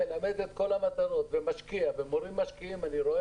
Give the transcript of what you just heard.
אני מדבר